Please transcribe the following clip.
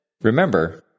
Remember